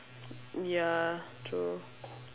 ya true